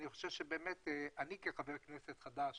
אני כחבר כנסת חדש